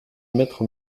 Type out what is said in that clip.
mettre